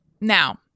Now